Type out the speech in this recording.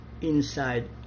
inside